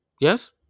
yes